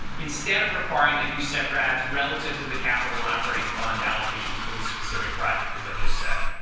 instead of requiring that you set rads relative to the capital operating fund allocations for the specific project, as i just said.